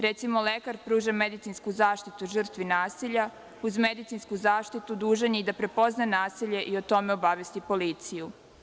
Recimo, lekar pruža medicinsku zaštitu žrtvi nasilja, uz medicinsku zaštitu dužan je i da prepozna nasilje i o tome obavesti policiju.